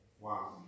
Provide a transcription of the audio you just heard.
Wow